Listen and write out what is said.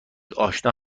آشنا